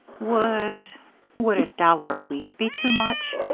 would would a dollar a week be too much?